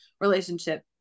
relationship